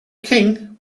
king